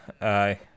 aye